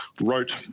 wrote